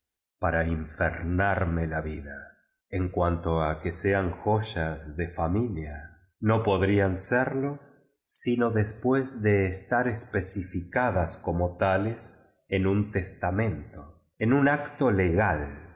para infernarme la vida en cuanto a que sean joyas de familia no podrían serlo siiici después de estar especificadas como tales en un testamento én un acto legal